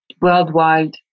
worldwide